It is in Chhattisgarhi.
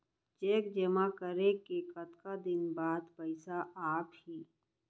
चेक जेमा करें के कतका दिन बाद पइसा आप ही?